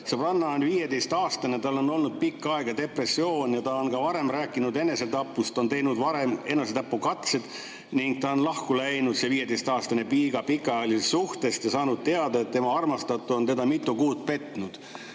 Sõbranna on 15-aastane, tal on olnud pikka aega depressioon ja ta on ka varem rääkinud enesetapust, ta on teinud varem enesetapukatseid ning ta on lahku läinud, see 15-aastane piiga, pikaajalisest suhtest ja saanud teada, et tema armastatu on teda mitu kuud petnud.